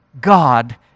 God